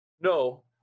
No